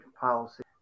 policy